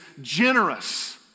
generous